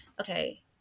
Okay